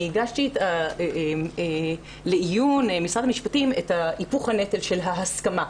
אני הגשתי לעיון משרד המשפטים את היפוך הנטל של ההסכמה,